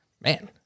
man